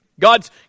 God's